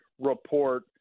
report